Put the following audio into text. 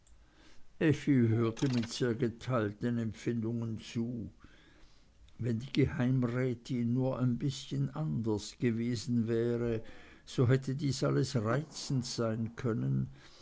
hörte mit sehr geteilten empfindungen zu wenn die geheimrätin nur ein bißchen anders gewesen wäre so hätte dies alles reizend sein können